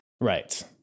Right